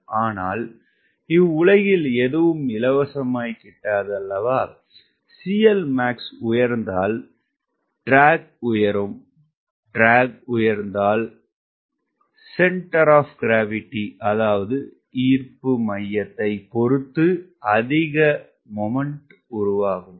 ஆனால் இவ்வுலகில் எதுவும் இலவசமாய் கிட்டாது CLmax உயர்ந்தால் இழுவை உயரும் இழுவை உயர்ந்தால் ஈர்ப்பு மையத்தைப் பொறுத்து அதிக மொமென்ட் உருவாக்கும்